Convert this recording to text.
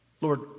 Lord